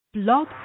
Blog